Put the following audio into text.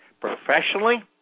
professionally